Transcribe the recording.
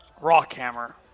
Rockhammer